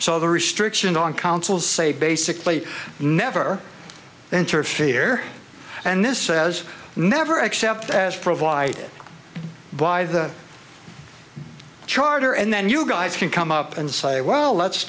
so the restriction on councils say basically never interfere and this says never except as provided by the charter and then you guys can come up and say well let's